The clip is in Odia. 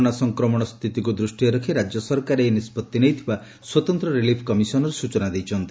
କରୋନା ସଂକ୍ରମଣ ସ୍ସିତିକୁ ଦୃଷ୍କିରେ ରଖି ରାଜ୍ୟ ସରକାର ଏହି ନିଷ୍ବଭି ନେଇଥିବା ସ୍ୱତନ୍ତ ରିଲିଫ୍ କମିଶନର ସ୍ୱଚନା ଦେଇଛନ୍ତି